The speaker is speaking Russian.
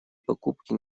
покупки